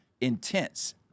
intense